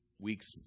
weeks